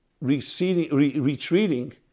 retreating